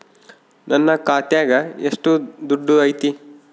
ನನ್ನ ಖಾತ್ಯಾಗ ಎಷ್ಟು ದುಡ್ಡು ಐತಿ?